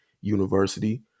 University